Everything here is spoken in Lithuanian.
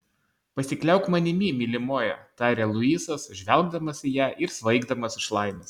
pasikliauk manimi mylimoji tarė luisas žvelgdamas į ją ir svaigdamas iš laimės